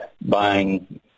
buying